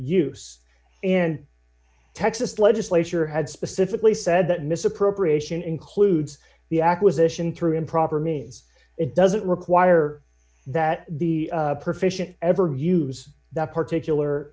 use in texas legislature had specifically said that misappropriation includes the acquisition through improper means it doesn't require that the profession ever use that particular